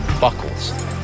buckles